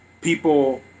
People